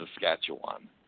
Saskatchewan